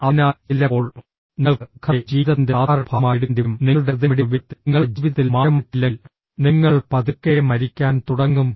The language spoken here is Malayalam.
അതിനാൽ ചിലപ്പോൾ നിങ്ങൾക്ക് ദുഃഖത്തെ ജീവിതത്തിന്റെ സാധാരണ ഭാഗമായി എടുക്കേണ്ടിവരും നിങ്ങളുടെ ഹൃദയമിടിപ്പ് വേഗത്തിൽ നിങ്ങളുടെ ജീവിതത്തിൽ മാറ്റം വരുത്തിയില്ലെങ്കിൽ നിങ്ങൾ പതുക്കെ മരിക്കാൻ തുടങ്ങും